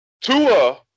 Tua